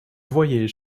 твоей